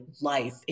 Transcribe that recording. life